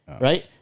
right